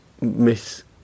miss